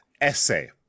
essay